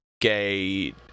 gay